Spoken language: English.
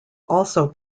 also